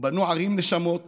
ובנו ערים נשמות